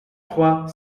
trois